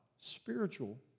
spiritual